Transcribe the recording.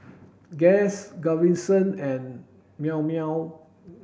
Guess Gaviscon and Llao Llao